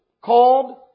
called